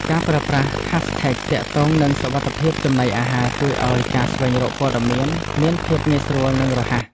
ការប្រើប្រាស់ ហាសថេក ទាក់ទងនឹងសុវត្ថិភាពចំណីអាហារជួយឱ្យការស្វែងរកព័ត៌មានមានភាពងាយស្រួលនិងរហ័ស។